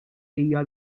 hija